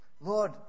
Lord